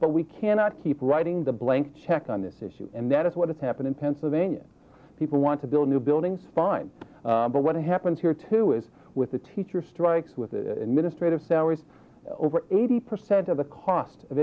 but we cannot keep writing the blank check on this issue and that is what has happened in pennsylvania people want to build new buildings fine but what happens here too is with the teacher strikes with the ministry of salaries over eighty percent of the cost of